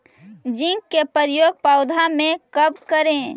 Zinc के प्रयोग पौधा मे कब करे?